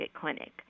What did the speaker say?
Clinic